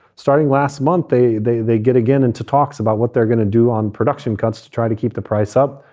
starting last month, they they they get again into talks about what they're gonna do on production cuts to try to keep the price up.